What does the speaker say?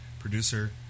producer